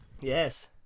Yes